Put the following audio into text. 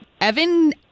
Evan